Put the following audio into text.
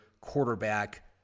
quarterback